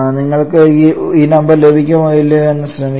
നിങ്ങൾക്ക് ഈ നമ്പർ ലഭിക്കുമോ ഇല്ലയോ എന്ന് ശ്രമിക്കുക